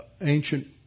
ancient